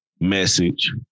message